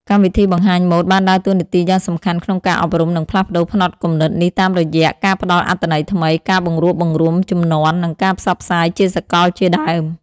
កម្មវិធីបង្ហាញម៉ូដបានដើរតួនាទីយ៉ាងសំខាន់ក្នុងការអប់រំ និងផ្លាស់ប្ដូរផ្នត់គំនិតនេះតាមរយៈ ការផ្តល់អត្ថន័យថ្មី ការបង្រួបបង្រួមជំនាន់ និងការផ្សព្វផ្សាយជាសកលជាដើម។